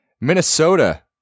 Minnesota